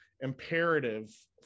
imperative